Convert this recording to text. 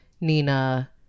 Nina